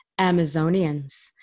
Amazonians